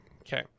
Okay